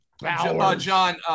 John